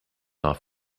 off